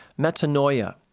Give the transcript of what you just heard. metanoia